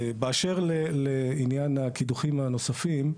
באשר לעניין הקידוחים הנוספים,